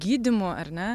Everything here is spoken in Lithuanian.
gydymu ar ne